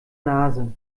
nase